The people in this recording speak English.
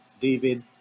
David